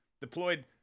deployed